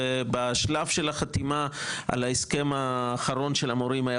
בשלב החתימה על ההסכם האחרון של המורים היה